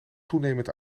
toenemend